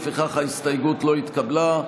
לפיכך ההסתייגות לא התקבלה.